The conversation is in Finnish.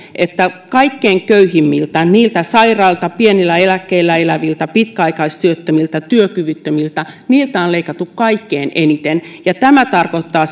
että kaikkein köyhimmiltä niiltä sairailta pienillä eläkkeillä eläviltä pitkäaikaistyöttömiltä työkyvyttömiltä on leikattu kaikkein eniten ja tämä tarkoittaa